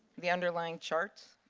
the underlying chart?